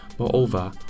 Moreover